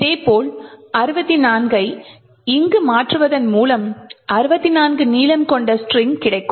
இதேபோல் 64 ஐ இங்கு மாற்றுவதன் மூலம் 64 நீளம் கொண்ட ஸ்ட்ரிங் கிடைக்கும்